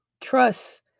Trust